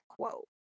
quote